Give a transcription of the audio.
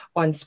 on